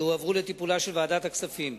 שהועברו לטיפולה של ועדת הכספים.